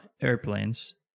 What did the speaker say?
airplanes